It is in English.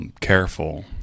Careful